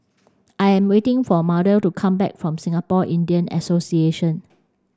I am waiting for Mardell to come back from Singapore Indian Association